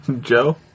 Joe